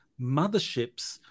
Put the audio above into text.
motherships